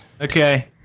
okay